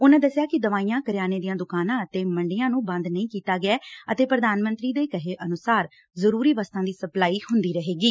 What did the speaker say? ਉਨੂਾ ਕਿਹਾ ਕਿ ਦਵਾਈਆਂ ਕਰਿਆਨੇ ਦੀਆਂ ਦੁਕਾਨਾਂ ਅਤੇ ਮੰਡੀਆਂ ਨੂੰ ਬੰਦ ਨਹੀਂ ਕੀਤਾ ਗਿਆ ਅਤੇ ਪ੍ਧਾਨ ਮੰਤਰੀ ਦੇ ਕਹੇ ਅਨੁਸਾਰ ਜ਼ਰੂਰੀ ਵਸਤਾਂ ਦੀ ਸਪਲਾਈ ਹੁੰਦੀ ਰਹੇਗੀ